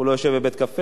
הוא לא יושב בבית-קפה,